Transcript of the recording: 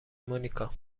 مونیکا